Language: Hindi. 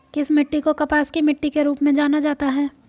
किस मिट्टी को कपास की मिट्टी के रूप में जाना जाता है?